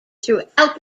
throughout